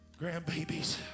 grandbabies